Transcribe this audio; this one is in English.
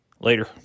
Later